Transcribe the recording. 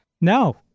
No